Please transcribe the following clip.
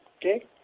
Okay